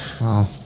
Wow